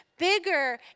bigger